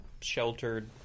sheltered